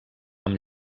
amb